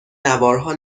نوارها